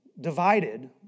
divided